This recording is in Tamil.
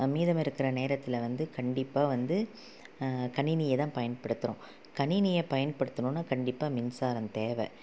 மீதம் இருக்கிற நேரத்தில் வந்து கண்டிப்பாக வந்து கணினியை தான் பயன்படுத்துகிறோம் கணினியை பயன்படுத்தினோனா கண்டிப்பாக மின்சாரம் தேவை